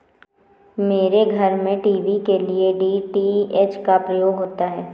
मेरे घर में टीवी के लिए डी.टी.एच का प्रयोग होता है